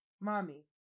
mommy